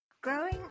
Growing